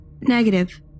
Negative